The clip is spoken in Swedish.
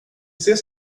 ses